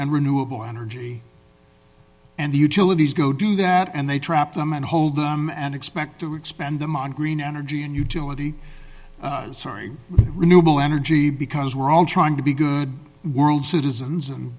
and renewable energy and the utilities go do that and they trap them and hold them and expect to expend them on green energy and utility sorry renewable energy because we're all trying to be good world citizens and